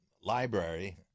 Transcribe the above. library